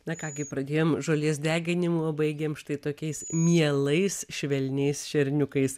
na ką gi pradėjom žolės deginimu o baigėm štai tokiais mielais švelniais šerniukais